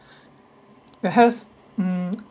it has mm